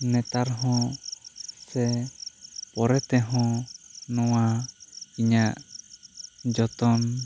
ᱱᱮᱛᱟᱨ ᱦᱚᱸ ᱥᱮ ᱯᱚᱨᱮ ᱛᱮᱦᱚᱸ ᱱᱚᱣᱟ ᱤᱧᱟᱹᱜ ᱡᱚᱛᱚᱱ